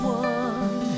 one